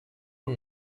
und